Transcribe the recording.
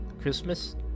Christmas